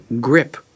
grip